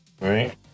right